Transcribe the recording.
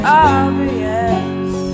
obvious